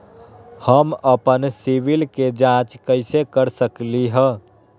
हम अपन सिबिल के जाँच कइसे कर सकली ह?